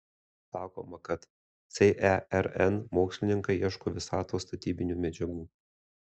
sakoma kad cern mokslininkai ieško visatos statybinių medžiagų